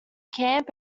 camp